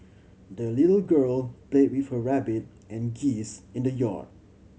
the little girl played with her rabbit and geese in the yard